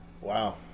Wow